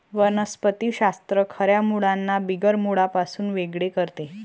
वनस्पति शास्त्र खऱ्या मुळांना बिगर मुळांपासून वेगळे करते